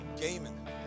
Gaming